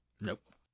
Nope